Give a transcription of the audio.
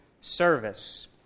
Service